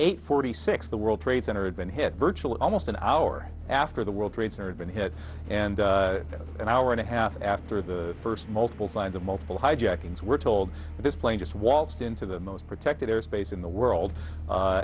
eight forty six the world trade center had been hit virtually almost an hour after the world trade center had been hit and an hour and a half after the first multiple signs of multiple hijackings we're told this plane just waltzed into the most protected airspace in the world a